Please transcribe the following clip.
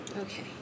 Okay